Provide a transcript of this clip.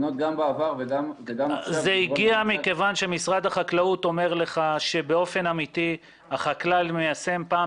זה הגיע מכיוון שמשרד החקלאות אומר לך שבאופן אמיתי החקלאי מיישם פעם